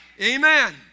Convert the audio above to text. Amen